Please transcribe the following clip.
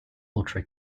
ultra